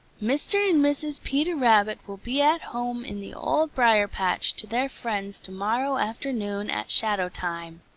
mr. and mrs. peter rabbit will be at home in the old briar-patch to their friends to-morrow after-noon at shadow-time.